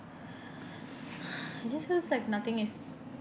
it just looks like nothing is